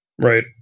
Right